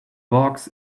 box